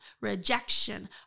rejection